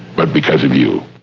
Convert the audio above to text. but because of you.